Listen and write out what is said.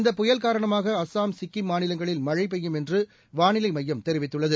இந்த புயல் காரணமாக அசாம் சிக்கிம் மாநிலங்களில் மழை பெய்யும் என்றும் வானிலை மையம் தெரிவித்துள்ளது